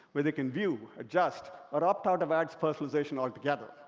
where they can view, adjust, or opt out of ads personalization altogether.